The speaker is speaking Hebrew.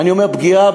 אני אומר, פגיעה